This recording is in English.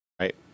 right